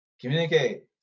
Communicate